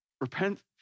Repent